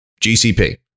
GCP